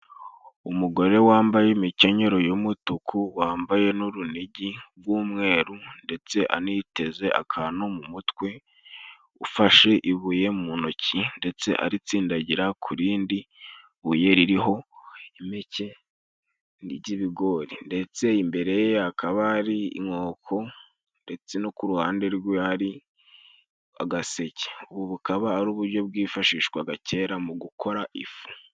Umugore wambaye imikenyero y'umutuku, wambaye n'urunigi rw'umweru ndetse aniteze akantu mu mutwe, ufashe ibuye mu ntoki ndetse aritsindagira ku rindi buye ririho impeke ry'ibigori ndetse imbere ye akaba ari inkoko ndetse no ku ruhande rwe hari agaseke. Ubu bukaba ari uburyo bwifashishwaga kera mu gukora ifu.